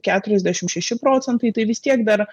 keturiasdešimt šeši procentai tai vis tiek dar